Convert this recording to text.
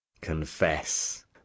confess